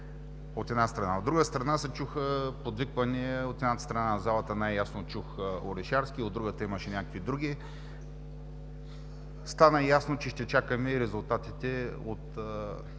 От друга страна, се чуха подвиквания – от едната страна на залата най-ясно чух „Орешарски”, от другата имаше някакви други. Стана ясно, че ще чакаме резултатите от